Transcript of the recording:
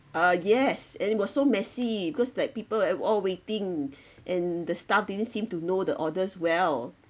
uh yes and it was so messy because like people and we all waiting and the staff didn't seem to know the orders well